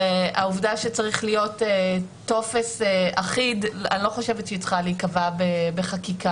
העובדה שצריך להיות טופס אחיד אני לא חושבת שהיא צריכה להיקבע בחקיקה.